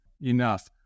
enough